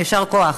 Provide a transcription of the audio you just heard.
יישר כוח.